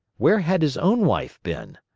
where had his own wife been?